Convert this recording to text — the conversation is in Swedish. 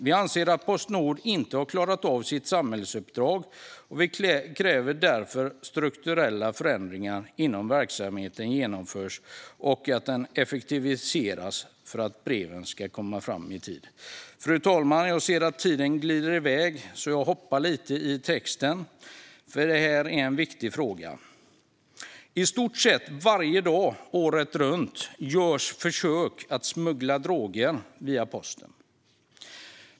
Vi anser att Postnord inte har klarat av sitt samhällsuppdrag, och vi kräver därför att strukturella förändringar inom verksamheten genomförs och att den effektiviseras för att breven ska komma fram i tid. Fru talman! Jag ser att tiden glider iväg. Jag hoppar därför lite framåt, för detta är en viktig fråga. I stort sett varje dag året runt görs försök att smuggla droger via posten.